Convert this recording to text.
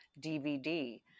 dvd